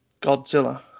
Godzilla